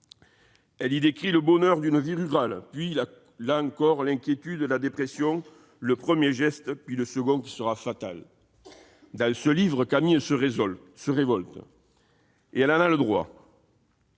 Elle y décrit le bonheur d'une vie rurale, puis l'inquiétude, la dépression, le premier geste, enfin le second, qui sera fatal ... Dans ce livre, Camille se révolte, à bon droit